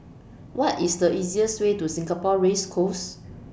What IS The easiest Way to Singapore Race Course